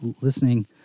listening